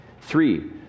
three